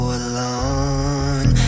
alone